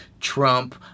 Trump